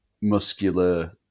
muscular